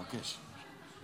מה הוא עושה פה --- אני מבקש.